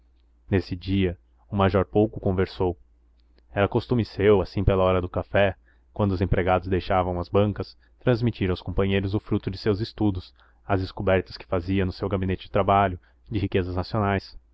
nesse dia o major pouco conversou era costume seu assim pela hora do café quando os empregados deixavam as bancas transmitir aos companheiros o fruto de seus estudos as descobertas que fazia no seu gabinete de trabalho de riquezas nacionais